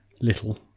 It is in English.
little